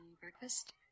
breakfast